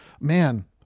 man